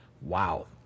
Wow